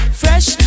fresh